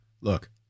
Look